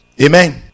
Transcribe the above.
Amen